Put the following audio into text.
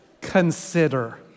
Consider